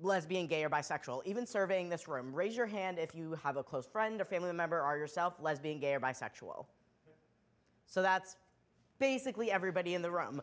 lesbian gay or bisexual or even serving this room raise your hand if you have a close friend or family member are yourself lesbian gay or bisexual so that's basically everybody in the room